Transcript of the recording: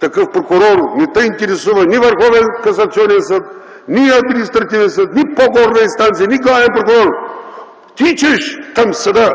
такъв прокурор, не те интересува ни Върховен касационен съд, ни Административен съд, ни по-горна инстанция, ни главен прокурор – тичаш към съда.